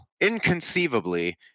inconceivably